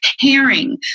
pairing